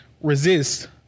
resist